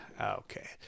Okay